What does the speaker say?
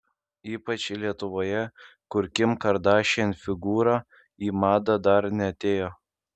ypač lietuvoje kur kim kardashian figūra į madą dar neatėjo